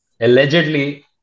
allegedly